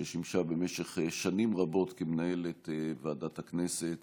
ששימשה במשך שנים רבות מנהלת ועדת הכנסת.